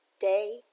day